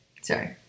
Sorry